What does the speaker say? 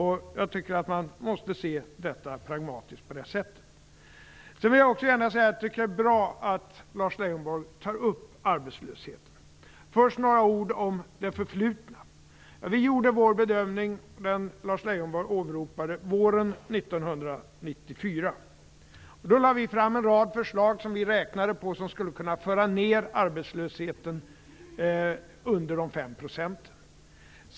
Jag tycker att man måste se detta pragmatiskt. Jag tycker att det är bra att Lars Leijonborg tog upp arbetslösheten. Först några ord om det förflutna. Lars Leijonborg åberopade våren 1994. Då lade vi fram en rad förslag som skulle kunna föra ned arbetslösheten under 5 % enligt vad vi fick fram när vi räknade på det.